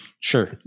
Sure